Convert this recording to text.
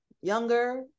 younger